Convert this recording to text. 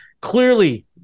clearly